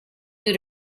due